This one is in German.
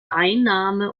einnahme